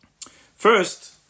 First